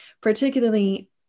particularly